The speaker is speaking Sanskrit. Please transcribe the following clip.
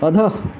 अधः